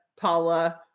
Paula